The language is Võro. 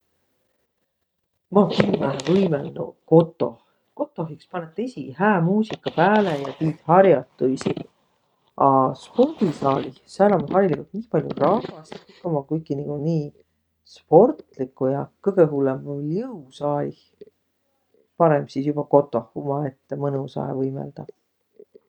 Maq kimmähe võimõlnuq kotoh. Kotoh iks panõt esiq hää muusiga pääle ja tiit har'otuisi. A spordisaalih, sääl om hariligult nii pall'o rahvast ja kõik ommaq kuiki nigu nii sportliguq ja. Kõgõ hullõmb om viil jõusaalih. Parõmb sis joba kotoh umaette mõnusahe võimaldaq.